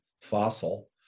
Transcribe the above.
fossil